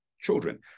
children